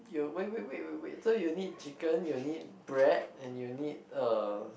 you wait wait wait wait so you need chicken you need bread and you need uh